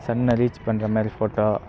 சன்னை reach பண்ணுற மாதிரி photo